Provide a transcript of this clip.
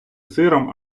сиром